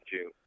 June